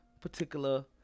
particular